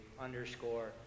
underscore